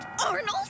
Arnold